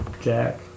Jack